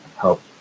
help